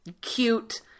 Cute